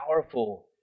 powerful